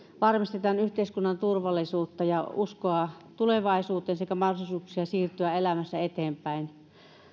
varmistetaan yhteiskunnan turvallisuutta ja uskoa tulevaisuuteen sekä mahdollisuuksia siirtyä elämässä eteenpäin